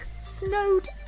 Snowed